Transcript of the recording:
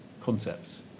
concepts